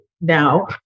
now